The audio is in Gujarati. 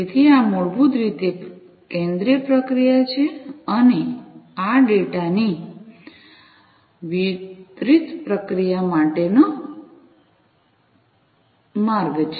તેથી આ મૂળભૂત રીતે કેન્દ્રિય પ્રક્રિયા છે અને આ ડેટાની વિતરિત પ્રક્રિયા માટેનો માર્ગ છે